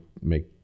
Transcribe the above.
make